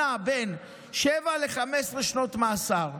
הנע בין שבע ל-15 שנות מאסר.